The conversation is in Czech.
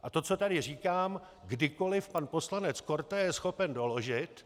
A to, co tady říkám, kdykoli pan poslanec Korte je schopen doložit.